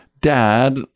dad